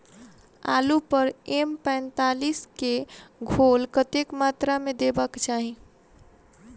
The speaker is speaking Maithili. आलु पर एम पैंतालीस केँ घोल कतेक मात्रा मे देबाक चाहि?